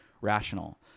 rational